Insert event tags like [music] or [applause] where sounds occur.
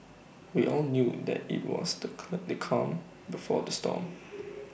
we all knew that IT was the [unintelligible] the calm before the storm [noise]